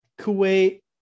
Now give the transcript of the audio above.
Kuwait